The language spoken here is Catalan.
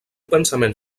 pensament